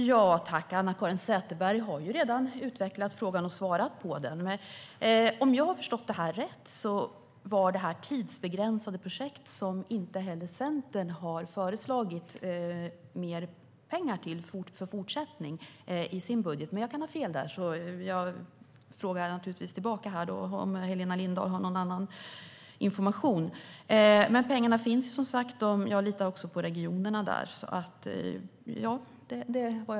Herr talman! Anna-Caren Sätherberg har redan utvecklat frågan och svarat på den. Om jag har förstått det rätt var det tidsbegränsade projekt som inte heller Centern har föreslagit fortsatta pengar till i sin budget. Jag kan dock ha fel och undrar därför om Helena Lindahl har någon annan information. Pengarna finns, och jag litar på regionerna.